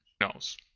knows